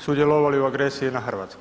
sudjelovali u agresiji na Hrvatsku?